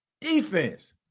defense